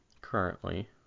currently